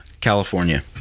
California